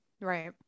right